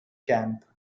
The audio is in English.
camp